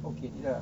okay tidak